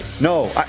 No